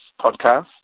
podcast